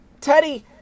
Teddy